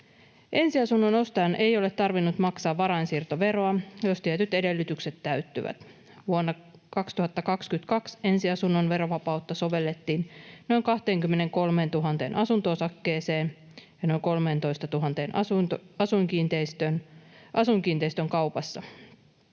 Ensiasunnon ostajan ei ole tarvinnut maksaa varainsiirtoveroa, jos tietyt edellytykset täyttyvät. Vuonna 2022 ensiasunnon verovapautta sovellettiin noin 23 000 asunto-osakkeen ja noin 13 000 asuinkiinteistön kaupassa.